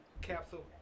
capsule